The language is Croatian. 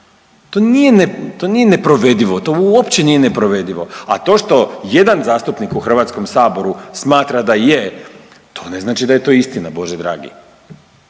to nije neprovedivo, to uopće nije neprovedivo. A to što jedan zastupnik u Hrvatskom saboru smatra da je, to ne znači da je to istina Bože dragi.